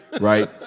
right